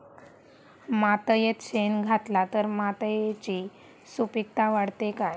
मातयेत शेण घातला तर मातयेची सुपीकता वाढते काय?